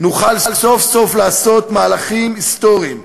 נוכל סוף-סוף לעשות מהלכים היסטוריים.